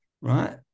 Right